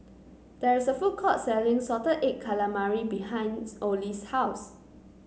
there is a food court selling Salted Egg Calamari behinds Ollie's house